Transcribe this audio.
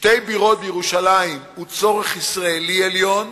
שתי בירות בירושלים הוא צורך ישראלי עליון,